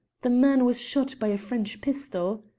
the man was shot by a french pistol,